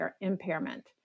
impairment